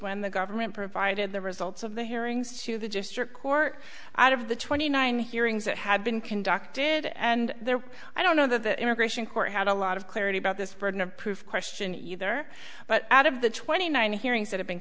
when the government provided the results of the hearings to the district court out of the twenty nine hearings that had been conducted and there i don't know that the immigration court had a lot of clarity about this burden of proof question either but out of the twenty nine hearings that